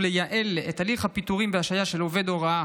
לייעל את הליך הפיטורים וההשעיה של עובדי הוראה